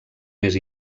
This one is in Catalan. més